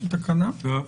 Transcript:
זו תקנה.